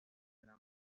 gran